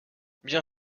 bien